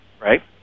right